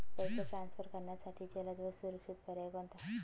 पैसे ट्रान्सफर करण्यासाठी जलद व सुरक्षित पर्याय कोणता?